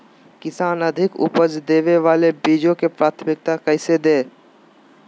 किसान अधिक उपज देवे वाले बीजों के प्राथमिकता कैसे दे?